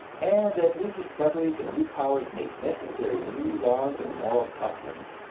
and that new discoveries and new powers make necessary new laws and moral customs,